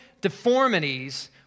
deformities